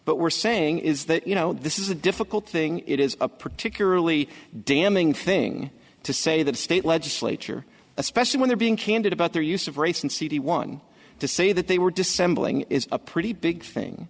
but we're saying is that you know this is a difficult thing it is a particularly damning thing to say that state legislature especially when they're being candid about their use of race and cd one to say that they were dissembling is a pretty big thing